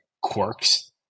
quirks